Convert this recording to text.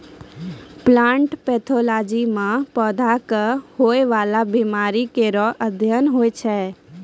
plant pathology म पौधा क होय वाला बीमारी केरो अध्ययन होय छै